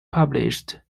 published